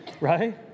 Right